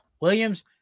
Williams